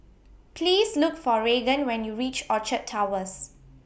Please Look For Raegan when YOU REACH Orchard Towers